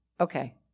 okay